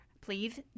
please